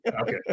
okay